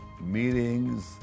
meetings